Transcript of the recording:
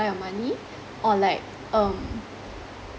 your money or like um